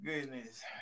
goodness